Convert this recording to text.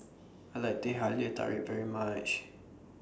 I like Teh Halia Tarik very much